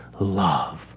love